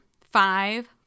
Five